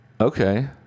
Okay